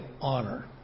honor